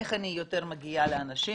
איך אני יותר מגיעה לאנשים,